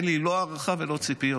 אין לי לא הערכה ולא ציפיות.